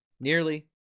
Nearly